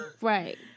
right